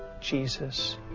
Jesus